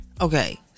Okay